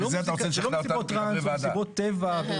זה לא מסיבות טרנס או מסיבות טבע.